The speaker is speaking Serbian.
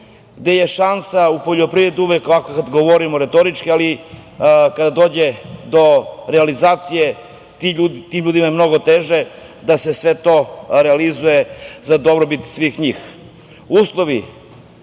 gde je šansa u poljoprivredi, govorim retorički, kada dođe do realizacije, tim ljudima je mnogo teže da se sve to realizuje za dobrobit svih